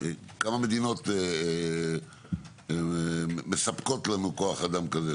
כמה מדינות מספקות לנו כוח אדם כזה?